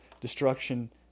destruction